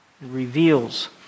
Reveals